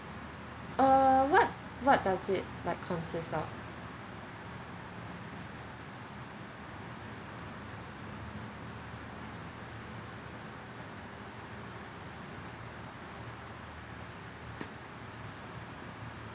uh uh what does it like consist of